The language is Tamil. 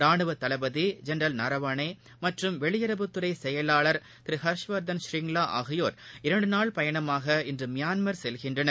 ராணுவதளபதிஜென்ரல் நரவானேமற்றும் வெளியுறவுத்துறைசெயலாளர் ஹர்ஷ்வர்தன் ஷ்ரிங்லாஆகியோர் இரண்டுநாள் பயணமாக இன்றுமியான்மர் செல்கின்றனர்